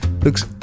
looks